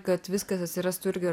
kad viskas atsirastų irgi